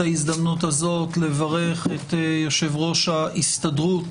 ההזדמנות הזו לברך את יושב-ראש ההסתדרות